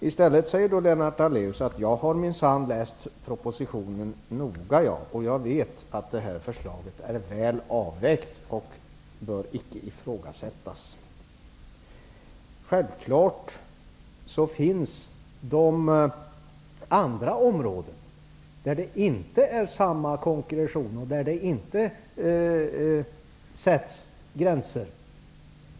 I stället säger Lennart Daléus att han minsann har läst propositionen noga, och att han vet att förslaget är väl avvägt och inte bör ifrågasättas. Det finns självfallet andra områden där det inte är samma konkretion och där det inte sätts gränser.